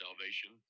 salvation